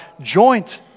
joint